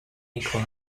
equal